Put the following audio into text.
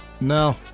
no